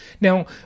Now